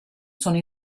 sono